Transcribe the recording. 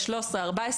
13 ו-14,